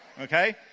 okay